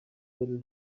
little